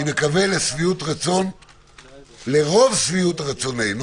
אני מקווה לרוב שביעות רצוננו.